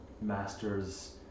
master's